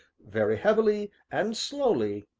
very heavily and slowly,